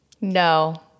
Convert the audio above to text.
No